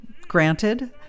granted